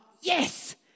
yes